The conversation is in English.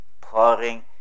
pouring